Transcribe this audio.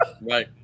right